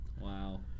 Wow